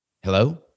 hello